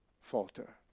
falter